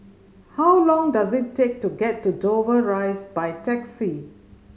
how long does it take to get to Dover Rise by taxi